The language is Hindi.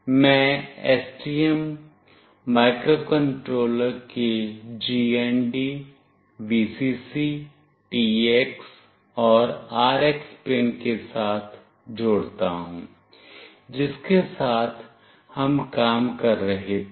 मैं STM माइक्रोकंट्रोलर के GND Vcc TX और RX पिन के साथ जोड़ता हूं जिसके साथ हम काम कर रहे थे